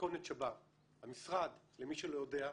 מתכונת שבה המשרד, למי שלא יודע,